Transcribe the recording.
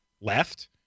left